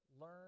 learn